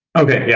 okay, yeah,